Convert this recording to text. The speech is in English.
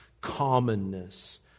commonness